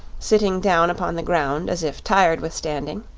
sitting down upon the ground as if tired with standing.